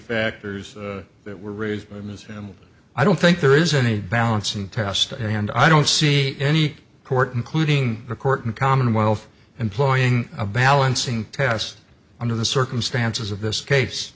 factors that were raised in this and i don't think there is any balancing test and i don't see any court including the court in commonwealth employing a balancing test under the circumstances of this case